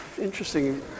interesting